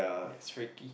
that's freaky